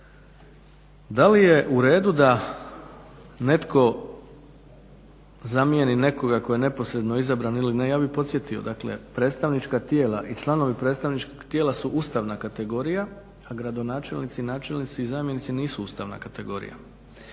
Da li je u redu da netko zamijeni nekoga tko je neposredno izabran ili ne, ja bih podsjetio, dakle predstavnička tijela i članovi predstavničkog tijela su ustavna kategorija, a gradonačelnici, načelnici i zamjenici nisu ustavna kategorija,